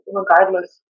regardless